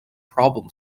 problem